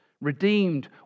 redeemed